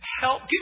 help